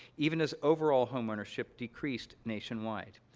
even as overall homeownership decreased nationwide.